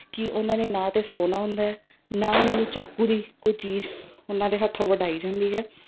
ਕਿ ਉਹਨਾਂ ਨੇ ਨਾ ਤਾਂ ਸੋਨਾ ਹੁੰਦਾ ਹੈ ਨਾ ਉਹਨਾਂ ਨੂੰ ਚਾਕੂ ਦੀ ਕੋਈ ਚੀਜ਼ ਉਹਨਾਂ ਦੇ ਹੱਥੋਂ ਵਡਾਈ ਜਾਂਦੀ ਹੈ